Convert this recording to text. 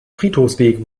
friedhofsweg